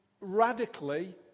radically